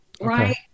right